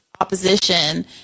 opposition